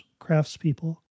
craftspeople